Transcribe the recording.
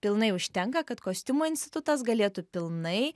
pilnai užtenka kad kostiumų institutas galėtų pilnai